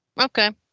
Okay